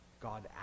God